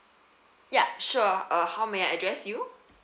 ya sure uh how may I address you